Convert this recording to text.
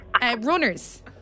runners